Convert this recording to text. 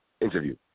interview